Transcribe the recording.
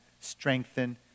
Strengthen